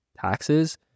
taxes